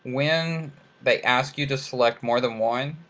when they ask you to select more than one,